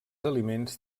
aliments